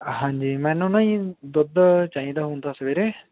ਹਾਂਜੀ ਮੈਨੂੰ ਨਾ ਜੀ ਦੁੱਧ ਚਾਹੀਦਾ ਹੁੰਦਾ ਸਵੇਰੇ